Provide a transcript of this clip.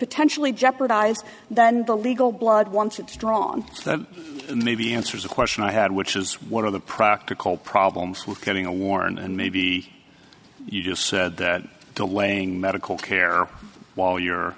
potentially jeopardize than the legal blood once it's strong that maybe answers a question i had which is one of the practical problems with getting a warning and maybe you just said that delaying medical care while you're